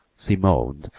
she moaned,